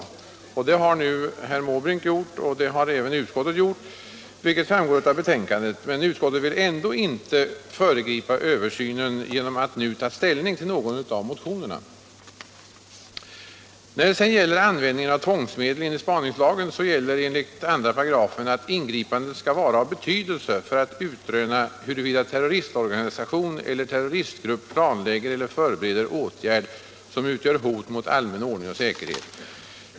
Det har nu herr Måbrink gjort och det har även utskottet gjort, vilket framgår av betänkandet. Utskottet vill ändå inte föregripa översynen genom att nu ta ställning till någon av motionerna. Vad sedan beträffar användningen av tvångsmedel enligt spaningslagen, så gäller enligt 2 § att ingripandet skall vara av betydelse för att utröna huruvida terroristorganisation eller terroristgrupp planlägger eller förbereder åtgärd som utgör hot mot allmän ordning och säkerhet.